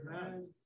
Amen